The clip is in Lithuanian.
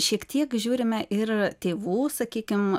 šiek tiek žiūrime ir tėvų sakykim